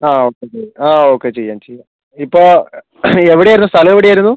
അ okay ചെയ്യാം അ okay ചെയ്യാം ചെയ്യാം ഇപ്പോൾ എവിടെ ആയിരുന്നു സ്ഥലം എവിടെ ആയിരുന്നു